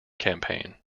campaign